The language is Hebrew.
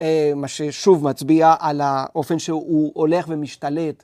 מה ששוב מצביע על האופן שהוא הולך ומשתלט.